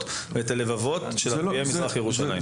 ואת הלבבות של ערביי מזרח ירושלים?